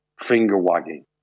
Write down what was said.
finger-wagging